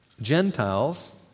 Gentiles